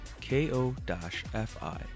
K-O-F-I